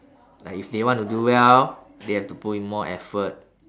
like if they want to do well they have to put in more effort